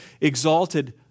exalted